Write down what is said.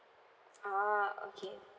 ah okay